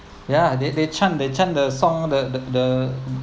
ya they they chant they chant the song the the the